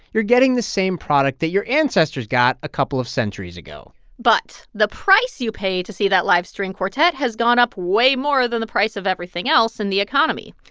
you're getting the same product that your ancestors got a couple of centuries ago but the price you pay to see that live string quartet has gone up way more than the price of everything else in the economy.